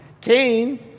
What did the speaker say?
Cain